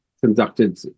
conducted